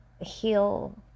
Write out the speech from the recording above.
heal